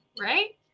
right